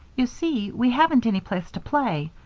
you see, we haven't any place to play.